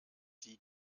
sie